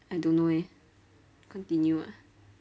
I don't know eh continue ah